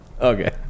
okay